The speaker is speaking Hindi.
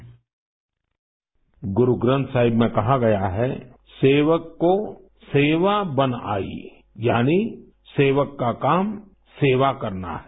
साउंड बाईट गुरुग्रन्थ साहिब में कहा गया है सेवक को सेवा बन आई यानी सेवक का काम सेवा करना है